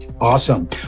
Awesome